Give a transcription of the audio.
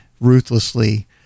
ruthlessly